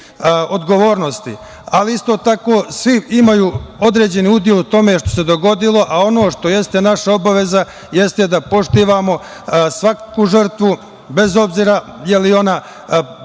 odgovornosti, ali isto tako svi imaju određeni udeo u tome što se dogodilo, a ono što jeste naša obaveza, jeste da poštujemo svaku žrtvu bez obzira jel ona